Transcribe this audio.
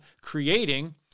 creating